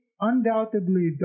undoubtedly